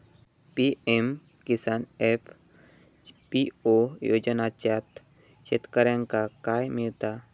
PM Kisan FPO योजनाच्यात शेतकऱ्यांका काय मिळता?